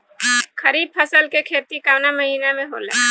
खरीफ फसल के खेती कवना महीना में होला?